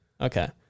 Okay